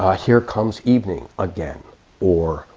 ah here comes evening again or,